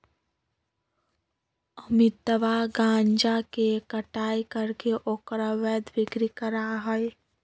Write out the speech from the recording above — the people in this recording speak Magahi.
अमितवा गांजा के कटाई करके ओकर अवैध बिक्री करा हई